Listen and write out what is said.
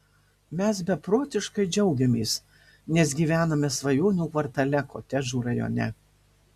mes beprotiškai džiaugiamės nes gyvename svajonių kvartale kotedžų rajone